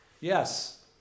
yes